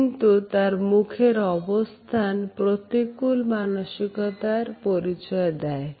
কিন্তু তার মুখের অবস্থান প্রতিকূল মানসিকতার পরিচয় দেয়